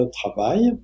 travail